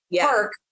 park